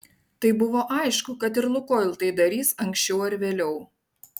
tai buvo aišku kad ir lukoil tai darys anksčiau ar vėliau